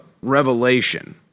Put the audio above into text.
revelation